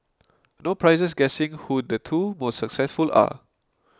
no prizes guessing who the two most successful are